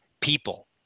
people